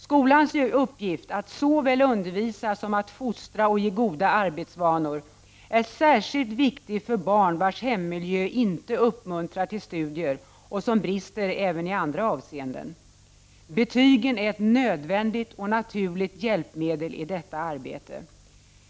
Skolans uppgift att såväl undervisa som att fostra och ge goda arbetsvanor är särskilt viktig för barn vars hemmiljö inte uppmuntrar till studier och som brister även i andra avseenden. Betygen är ett nödvändigt och naturligt hjälpmedel i detta arbete.